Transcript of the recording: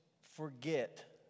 forget